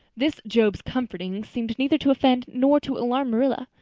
this job's comforting seemed neither to offend nor to alarm marilla.